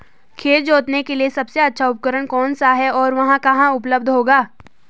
खेत जोतने के लिए सबसे अच्छा उपकरण कौन सा है और वह कहाँ उपलब्ध होगा?